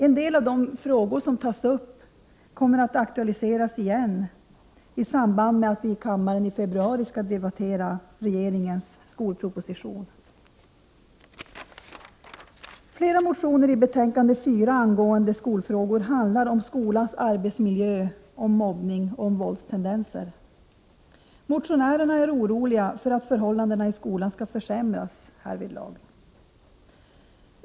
En del av de frågor som tas upp kommer att aktualiseras igen, i samband med att vi i kammaren i februari skall debattera regeringens skolproposition. Flera motioner som tas upp i betänkande 4 angående skolfrågor handlar om skolors arbetsmiljö, mobbning och våldstendenser. Motionärerna är oroliga för att förhållandena i skolan skall försämras härvidlag.